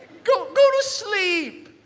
go go to sleep.